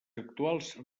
actuals